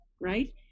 right